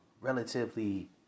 relatively